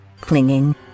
clinging